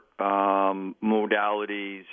modalities